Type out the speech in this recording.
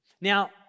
Now